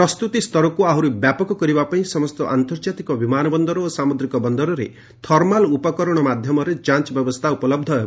ପ୍ରସ୍ତୁତି ସ୍ତରକୁ ଆହୁରି ବ୍ୟାପକ କରିବା ପାଇଁ ସମସ୍ତ ଆନ୍ତର୍ଜାତିକ ବିମାନ ବନ୍ଦର ଓ ସାମୁଦ୍ରିକ ବନ୍ଦରରେ ଥର୍ମାଲ୍ ଉପକରଣ ମାଧ୍ୟମରେ ଯାଞ୍ଚ ବ୍ୟବସ୍ଥା ଉପଲହ୍ଧ ହେବ